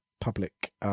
public